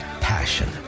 passion